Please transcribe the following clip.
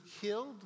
killed